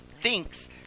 thinks